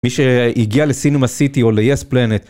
מי שהגיע לסינמה סיטי או ליס פלנט.